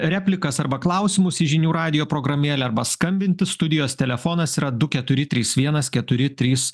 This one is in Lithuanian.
replikas arba klausimus į žinių radijo programėlę arba skambinti studijos telefonas yra du keturi trys vienas keturi trys